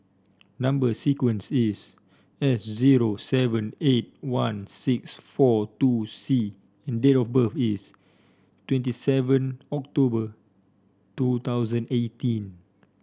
number sequence is S zero seven eight one six four two C and date of birth is twenty seven October two thousand eighteen